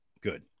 good